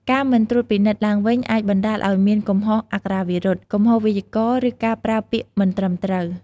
ការមិនត្រួតពិនិត្យឡើងវិញអាចបណ្តាលឲ្យមានកំហុសអក្ខរាវិរុទ្ធ កំហុសវេយ្យាករណ៍ ឬការប្រើពាក្យមិនត្រឹមត្រូវ